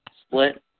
split